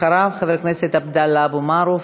אחריו, חבר הכנסת עבדאללה אבו מערוף.